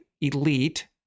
elite